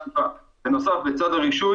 --- בנוסף, בצד ההרתעה